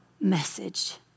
message